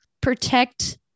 protect